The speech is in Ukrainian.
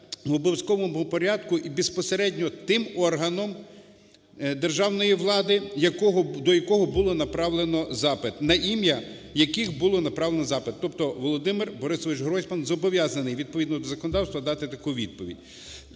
обов'язковому порядку і безпосередньо тим органом державної влади, до якого було направлено запит, на ім'я яких було направлено запит. Тобто Володимир БорисовичГройсман зобов'язаний відповідно до законодавства дати таку відповідь.